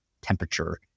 temperature